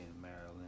Maryland